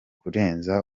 kurenza